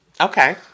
Okay